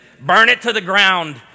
burn-it-to-the-ground